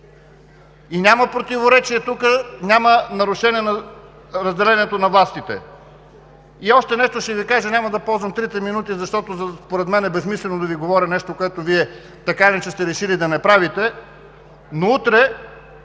и няма противоречие тук, няма нарушение на разделението на властите. Още нещо ще Ви кажа. Няма да ползвам трите минути, защото според мен е безсмислено да говоря нещо, което Вие така или иначе сте решили да не правите. Утре,